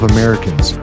Americans